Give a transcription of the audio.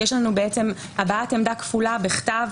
יש לנו הבעת עמדה כפולה בכתב,